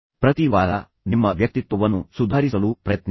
ಪ್ರತಿ ವಾರ ನಿಮ್ಮ ವ್ಯಕ್ತಿತ್ವವನ್ನು ಸುಧಾರಿಸಲು ಪ್ರಯತ್ನಿಸಿ